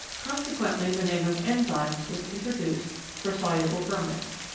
consequently the name of enzymes was introduced for soluble ferments.